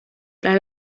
tras